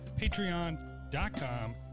patreon.com